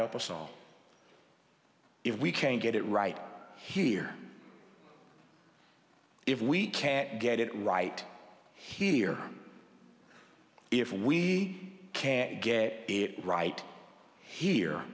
help us all if we can get it right here if we can't get it right here if we can't get it right here